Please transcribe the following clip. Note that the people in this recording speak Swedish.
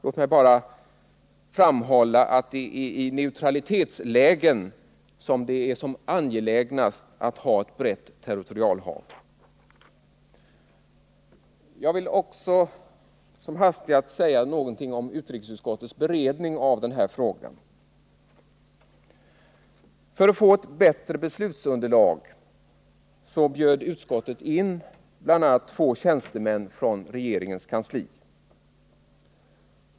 Låt mig bara framhålla att det är i neutralitetslägen som det är allra mest angeläget att ha ett brett territorialhav. Jag vill också som hastigast säga något om utrikesutskottets beredning av frågan. För att få ett bättre beslutsunderlag bjöd utskottet in bl.a. två tjänstemän från regeringens kansli.